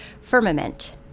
firmament